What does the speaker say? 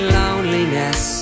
loneliness